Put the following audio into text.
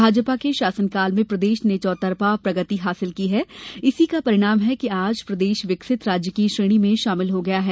भारतीय जनता पार्टी के शासनकाल में प्रदेश ने चौतरफा प्रगति हासिल की इसी का परिणाम है कि आज प्रदेश विकसित राज्य की श्रेणी में शामिल हो गया है